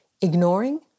ignoring